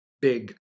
big